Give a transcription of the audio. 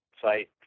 site